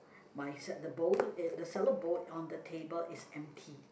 my salad bowl the salad bowl on the table is empty